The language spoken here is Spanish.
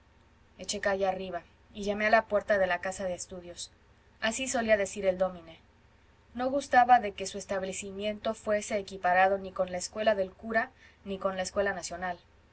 eché calle arriba y llamé a la puerta de la casa de estudios así solía decir el dómine no gustaba de que su establecimiento fuese equiparado ni con la escuela del cura ni con la escuela nacional